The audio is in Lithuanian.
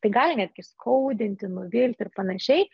tai gali netgi įskaudinti nuvilti ir panašiai